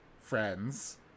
friends